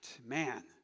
Man